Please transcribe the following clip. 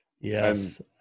Yes